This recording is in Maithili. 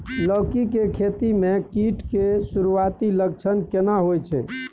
लौकी के खेती मे कीट के सुरूआती लक्षण केना होय छै?